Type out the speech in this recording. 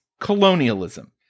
colonialism